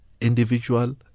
individual